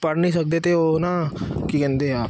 ਪੜ੍ਹ ਨਹੀਂ ਸਕਦੇ ਅਤੇ ਉਹ ਨਾ ਕੀ ਕਹਿੰਦੇ ਆ